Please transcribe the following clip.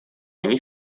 они